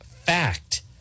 fact